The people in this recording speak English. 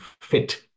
fit